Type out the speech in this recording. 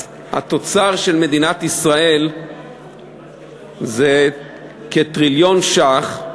התוצר של מדינת ישראל זה כטריליון ש"ח,